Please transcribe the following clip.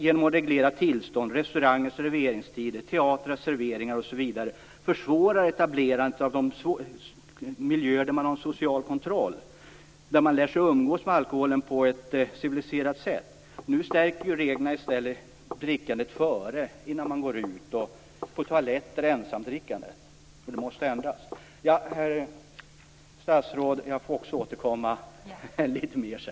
Genom att reglera tillstånd, restauranger, serveringstider, teatrar, serveringar osv. försvåras etablerandet av miljöer där man har en social kontroll och lär sig att umgås med alkoholen på ett civiliserat sätt. Nu stärks i stället drickande innan man går ut, drickande på toaletter och ensamdrickande. Detta måste ändras. Herr statsråd! Också jag får återkomma senare.